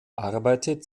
arbeitet